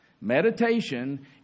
Meditation